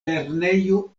lernejo